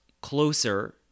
closer